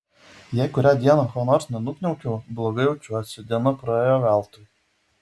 jei kurią dieną ko nors nenukniaukiu blogai jaučiuosi diena praėjo veltui